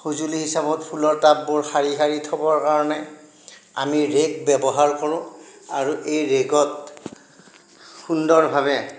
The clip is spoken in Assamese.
সঁজুলি হিচাপত ফুলৰ টাববোৰ শাৰী শাৰী থ'বৰ কাৰণে আমি ৰেক্ ব্যৱহাৰ কৰোঁ আৰু এই ৰেকত সুন্দৰভাৱে